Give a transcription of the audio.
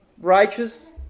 righteous